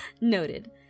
Noted